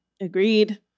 Agreed